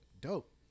Dope